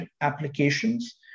applications